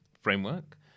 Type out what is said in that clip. framework